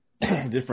different